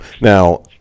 Now